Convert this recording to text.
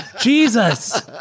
Jesus